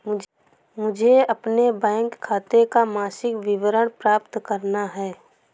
मुझे अपने बैंक खाते का मासिक विवरण प्राप्त करना है?